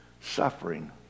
suffering